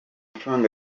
guhabwa